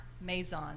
Maison